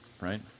right